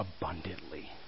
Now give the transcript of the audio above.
abundantly